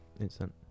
Instant